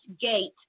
gate